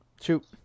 Shoot